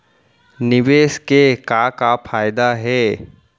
निवेश के का का फयादा हे?